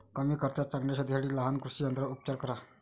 कमी खर्चात चांगल्या शेतीसाठी लहान कृषी यंत्रांवर उपचार करा